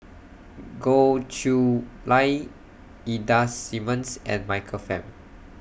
Goh Chiew Lye Ida Simmons and Michael Fam